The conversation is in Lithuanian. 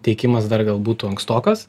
teikimas dar gal būtų ankstokas